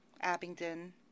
Abingdon